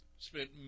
spent